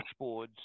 dashboards